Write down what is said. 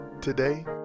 today